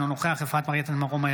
אינו נוכח אפרת רייטן מרום,